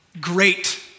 great